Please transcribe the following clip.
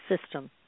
system